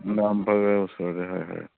নামফাকে ওচৰতে হয় হয়